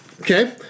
Okay